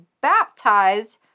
baptized